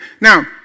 Now